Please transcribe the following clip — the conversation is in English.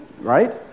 right